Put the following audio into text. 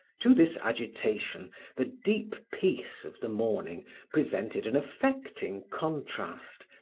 to this agitation the deep peace of the morning presented an affecting contrast,